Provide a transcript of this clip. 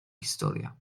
historia